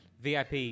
vip